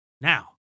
Now